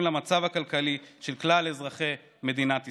למצב הכלכלי של כלל אזרחי מדינת ישראל.